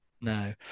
no